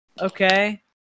Okay